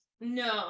no